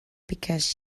because